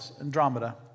Andromeda